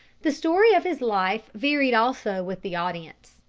the story of his life varied also with the audience.